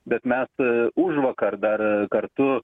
bet mes e užvakar dar kartu